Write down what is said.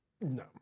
No